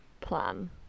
plan